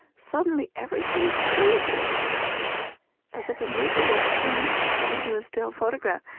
suddenly everything freezes as if a movie was turned into a still photograph,